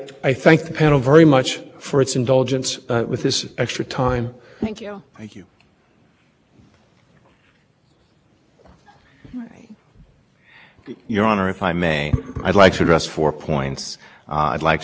applied one might think that the matter would go back to the agency let whatever state wants to come in and talk to the agency about its budget the agency would make a decision and then